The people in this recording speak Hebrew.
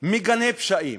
מגנה פשעים,